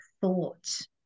thought